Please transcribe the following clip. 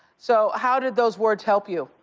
so, how did those words help you,